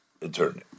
eternity